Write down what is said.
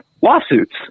lawsuits